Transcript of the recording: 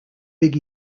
big